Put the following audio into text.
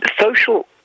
social